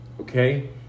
okay